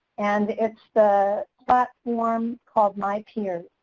and it's the platform called mypeers.